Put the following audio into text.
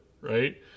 right